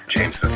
James